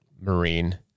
Marine